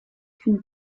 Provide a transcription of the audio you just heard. une